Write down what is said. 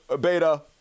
beta